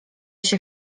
się